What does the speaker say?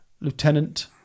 Lieutenant